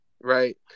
right